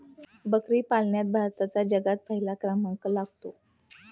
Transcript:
बकरी पालनात भारताचा जगात पहिला क्रमांक लागतो